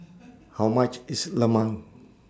How much IS Lemang